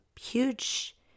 huge